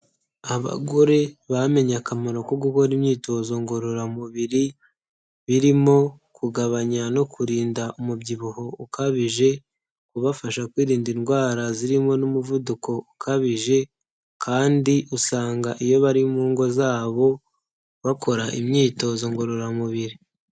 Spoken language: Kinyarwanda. Abagore bamenye akamaro ko gukora imyitozo ngororamubiri birimo kugabanya no kurinda umubyibuho ukabije, ubafasha kwirinda indwara zirimo n'umuvuduko ukabije. Kandi usanga iyo bari mu ngo zabo bakora imyitozo ngororamubiri.